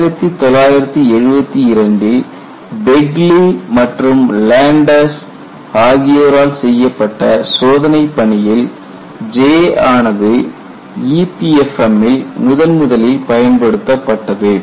1972 ல் பெக்லி மற்றும் லேண்டஸ் ஆகியோரால் செய்யப்பட்ட சோதனைப் பணியில் J ஆனது EPFM ல் முதன் முதலில் பயன்படுத்தப்பட்டது